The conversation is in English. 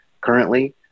currently